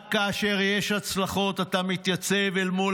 רק כאשר יש הצלחות אתה מתייצב אל מול